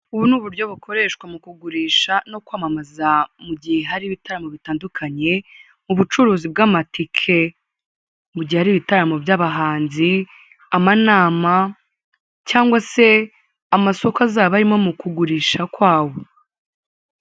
Uu ni uburyo bukoreshwa mu kugurisha no kwamamaza mu gihe hari ibitaramo bitandukanye, mu bucuruzi bw'amatike mu gihe hari ibitaramo by'abahanzi, amanama cyangwa se amasoko azaba arimo mu kugurisha kwawo.